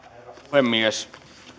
puhemies